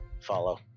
follow